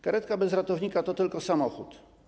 Karetka bez ratownika to tylko samochód.